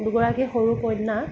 দুগৰাকী সৰু কন্যা